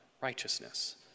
righteousness